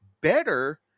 better